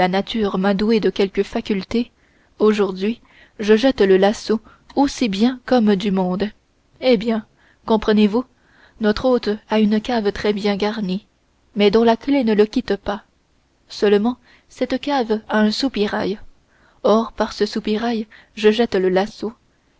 m'a doué de quelques facultés aujourd'hui je jette le lasso aussi bien qu'aucun homme du monde eh bien comprenez-vous notre hôte a une cave très bien garnie mais dont la clef ne le quitte pas seulement cette cave a un soupirail or par ce soupirail je jette le lasso